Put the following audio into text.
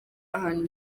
ahantu